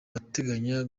bateganya